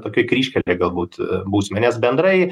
tokia kryžkelė galbūt būsime nes bendrai